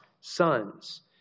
sons